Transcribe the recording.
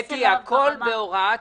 הכול בהוראת שעה.